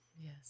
Yes